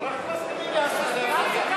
הפסקה,